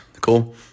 Cool